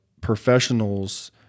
professionals